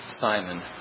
Simon